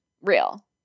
real